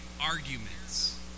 arguments